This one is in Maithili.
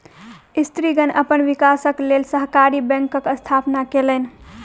स्त्रीगण अपन विकासक लेल सहकारी बैंकक स्थापना केलैन